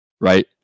right